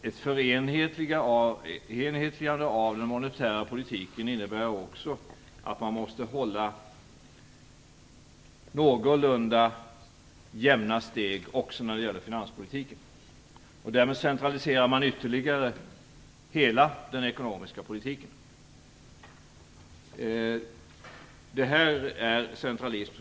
Ett förenhetligande av den monetära politiken innebär att man måste hålla någorlunda jämna steg också när det gäller finanspolitiken. Därmed centraliserar man ytterligare hela den ekonomiska politiken. Det är centralism.